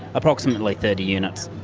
approximately thirty units.